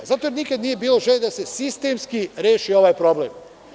Zato što nikad nije bilo želje da se sistemski reši ovaj problem.